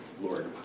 Lord